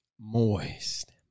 moist